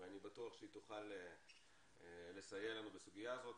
אני בטוח שהיא תוכל לסייע לנו בסוגי הזאת.